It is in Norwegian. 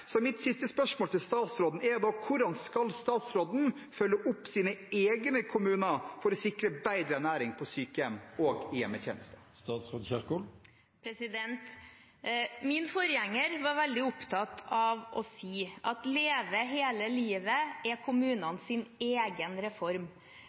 så mitt siste spørsmål til statsråden er da: Hvordan skal statsråden følge opp sine egne kommuner for å sikre bedre ernæring på sykehjem og i hjemmetjenesten? Min forgjenger var veldig opptatt av å si at Leve hele livet er